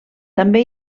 també